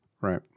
Right